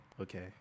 Okay